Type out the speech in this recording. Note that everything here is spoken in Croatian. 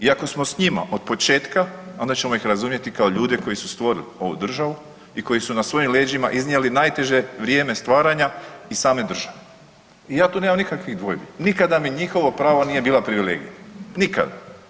Iako smo s njima od početka onda ćemo ih razumjeti kao ljude koji su stvorili ovu državu i koji su na svojim leđima iznijeli najteže vrijeme stvaranja i same države i ja tu nemam nikakvih dvojbi, nikada mi njihovo pravo nije bila privilegija, nikada.